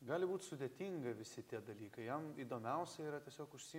gali būt sudėtinga visi tie dalykai jam įdomiausia yra tiesiog užsi